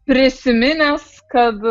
prisiminęs kad